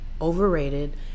overrated